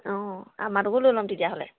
অঁ আমাৰটোকো লৈ ল'ম তেতিয়াহ'লে